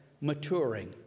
maturing